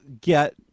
get